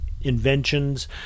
inventions